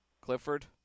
Clifford